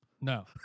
No